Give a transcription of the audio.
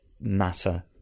matter